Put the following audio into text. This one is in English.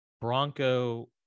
Bronco